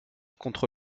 contre